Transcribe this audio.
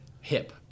hip